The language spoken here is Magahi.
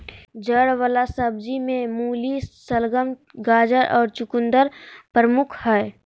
जड़ वला सब्जि में मूली, शलगम, गाजर और चकुंदर प्रमुख हइ